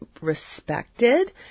respected